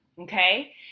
okay